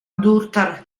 durtar